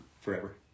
Forever